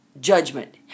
Judgment